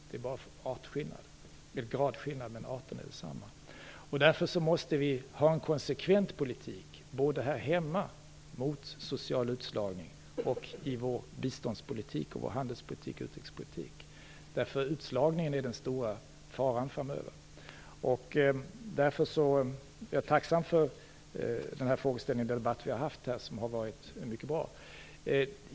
Det är bara en gradskillnad, men arterna är desamma. Därför måste vi ha en konsekvent politik mot social utslagning både här hemma och i vår biståndspolitik, handelspolitik och utrikespolitik. Utslagningen är nämligen den stora faran framöver. Därför är jag tacksam för den debatt som vi har haft som har varit mycket bra.